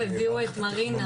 לא, הביאו את מרינה.